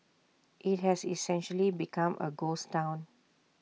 IT has essentially become A ghost Town